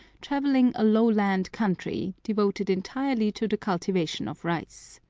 traversing a lowland country, devoted entirely to the cultivation of rice.